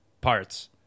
parts